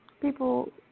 people